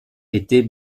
était